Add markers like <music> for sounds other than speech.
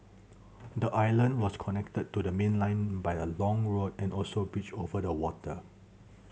<noise> the island was connected to the mainland by a long road and also bridges over the water <noise>